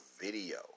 video